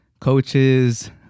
coaches